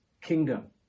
kingdom